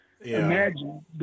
imagine